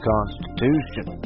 Constitution